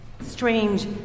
Strange